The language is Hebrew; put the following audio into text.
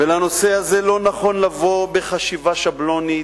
ולנושא הזה לא נכון לבוא בחשיבה שבלונית